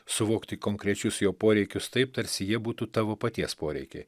suvokti konkrečius jo poreikius taip tarsi jie būtų tavo paties poreikiai